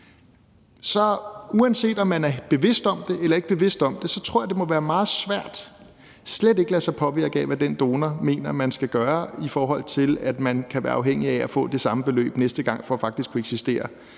– uanset om man er bevidst om det eller ikke er bevidst om det – at det må være meget svært slet ikke at lade sig påvirke af, hvad den donor mener, man skal gøre, i forhold til at man kan være afhængig af at få det samme beløb næste gang for faktisk at kunne eksistere